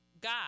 God